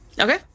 Okay